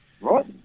Right